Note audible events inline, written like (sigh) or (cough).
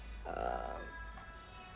uh (noise)